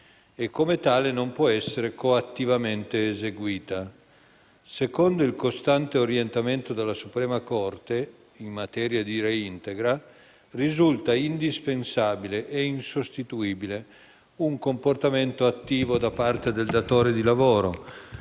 e come tale non può essere coattivamente eseguita. Secondo il costante orientamento della suprema Corte in materia di reintegra, risulta indispensabile e insostituibile un comportamento attivo da parte del datore di lavoro